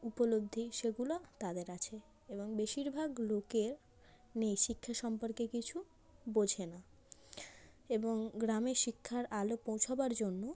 উপলব্ধি সেগুলো তাদের আছে এবং বেশিরভাগ লোকের নেই শিক্ষা সম্পর্কে কিছু বোঝে না এবং গ্রামে শিক্ষার আলো পৌঁছাবার জন্য